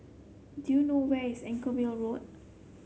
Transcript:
do you know where is Anchorvale Road